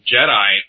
Jedi